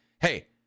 hey